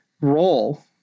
role